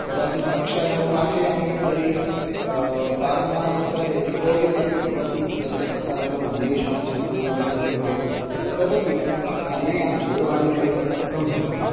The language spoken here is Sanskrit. कदाचित् कक्षायां पाठयामि तर्हि पाठनावसरे रेकार्डिङ्ग् अपि भवति यस्य प्रसारणमन्येषां छात्राणां कृतेऽपि भवति तदपि अनया दूरवाण्या एव सम्भवति